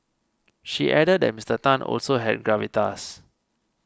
she added that Mister Tan also has gravitas